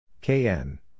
KN